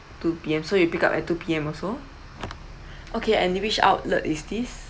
two P_M so you pick up at two P_M also okay and in which outlet is this